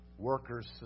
Workers